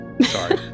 Sorry